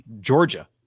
Georgia